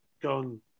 gone